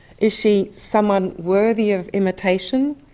is she someone worthy of imitation?